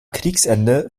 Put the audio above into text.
kriegsende